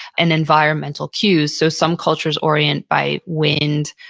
and environmental cues. so some cultures orient by wind,